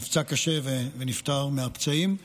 נפצע קשה ונפטר מהפצעים.